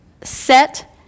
set